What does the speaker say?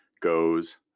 goes